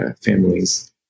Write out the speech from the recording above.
families